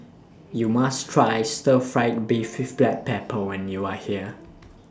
YOU must Try Stir Fried Beef with Black Pepper when YOU Are here